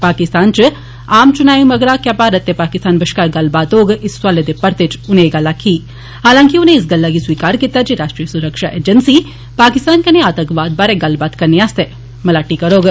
पाकिस्तान च आम चुनाएं मगरा क्या भारत ते पाकिस्तान बश्कार गल्लबात होग इस सोआले दे परते च उनें एह गल्ल आक्खी हालांकि उने इस गल्ला गी स्वीकार कीता जे राष्ट्रीय सुरक्षा अजेन्सी पाकिस्तान कन्नै आतंकवाद बारे गल्लबात करने आस्तै मलाटी करौग